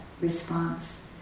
response